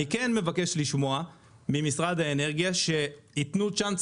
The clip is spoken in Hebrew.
אני כן מבקש לשמוע ממשרד האנרגיה שיתנו צ'אנס